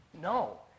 No